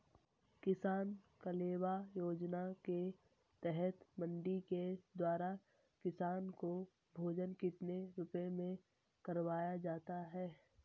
किसान कलेवा योजना के तहत मंडी के द्वारा किसान को भोजन कितने रुपए में करवाया जाता है?